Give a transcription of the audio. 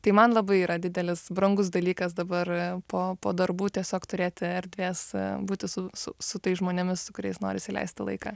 tai man labai yra didelis brangus dalykas dabar po po darbų tiesiog turėti erdvės būti su su su tais žmonėmis su kuriais norisi leisti laiką